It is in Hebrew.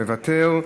מוותר,